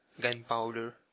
Gunpowder